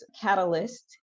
Catalyst